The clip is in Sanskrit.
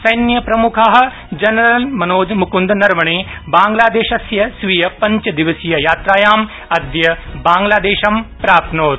सैन्य प्रमुख जनरल मनोज मुक्न्दनरवणे बांगलादेशस्य स्वीय पंच दिवसीय यात्रायाम् अद्य बांग्लादेशं प्राप्नोत्